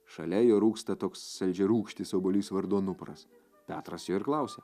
šalia jo rūgsta toks saldžiarūgštis obuolys vardu anupras petras jo ir klausia